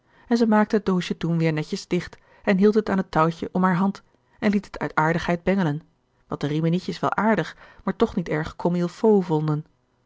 en zij maakte het doosje toen weer netjes dicht en hield het aan het touwtje om haar hand en liet het uit aardigheid bengelen wat de riminietjes wel aardig maar toch niet erg comme il faut vonden